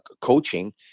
coaching